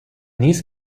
these